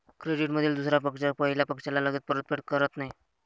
क्रेडिटमधील दुसरा पक्ष पहिल्या पक्षाला लगेच परतफेड करत नाही